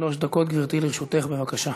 בסביבתו מבהירים,